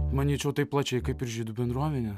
manyčiau taip plačiai kaip ir žydų bendruomenė